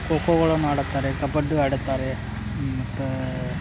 ಕೋಕೋಗಳನ್ನ ಆಡುತ್ತಾರೆ ಕಬಡ್ಡಿ ಆಡುತ್ತಾರೆ ಮತ್ತು